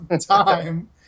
Time